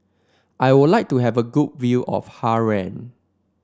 I would like to have a good view of Harare